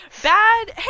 bad